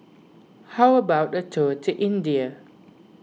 how about a tour to India